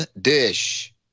dish